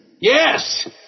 Yes